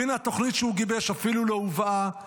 והינה, התוכנית שהוא גיבש אפילו לא הובאה לדיון.